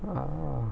ah